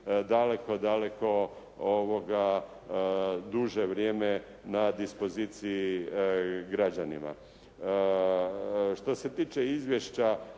daleko, daleko duže vrijeme na dispoziciji građanima. Što se tiče izvješća